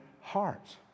hearts